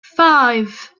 five